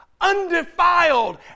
undefiled